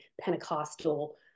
Pentecostal